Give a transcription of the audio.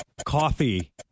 Coffee